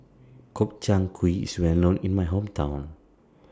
Gobchang Gui IS Well known in My Hometown